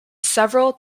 several